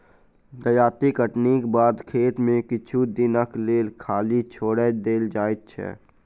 जजाति कटनीक बाद खेत के किछु दिनक लेल खाली छोएड़ देल जाइत छै